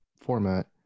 format